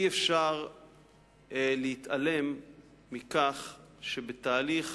אי-אפשר להתעלם מכך שבתהליך